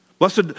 Blessed